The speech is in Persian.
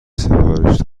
سفارش